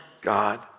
God